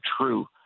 true